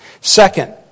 Second